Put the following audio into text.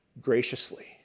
graciously